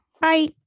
Bye